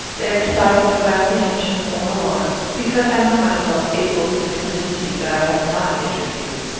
they excite no apprehension or alarm, because i know myself able to convince you that i have not injured you.